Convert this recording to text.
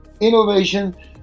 innovation